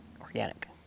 organic